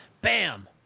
bam